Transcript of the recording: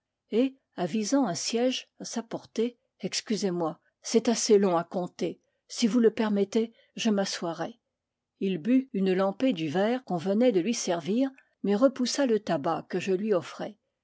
et avisant un siège à sa portée excusez-moi c'est assez long à conter si vous le permettez je m'assoirai il but une lampée du verre qu'on venait de lui servir mais repoussa le tabac que je lui offrais